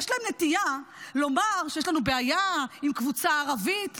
יש להם נטייה לומר שיש לנו בעיה עם קבוצה ערבית.